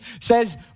says